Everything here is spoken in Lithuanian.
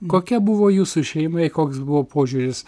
kokia buvo jūsų šeimai koks buvo požiūris